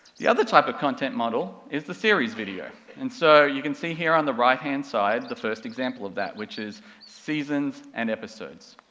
the other type of content model is the series video, and so, you can see here on the right-hand side, the first example of that, which is seasons and episodes.